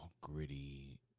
gritty